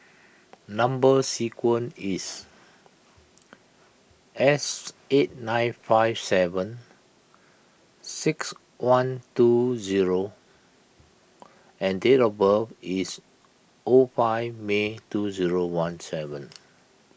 Number Sequence is S eight nine five seven six one two zero and date of birth is O five May two zero one seven